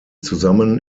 zusammen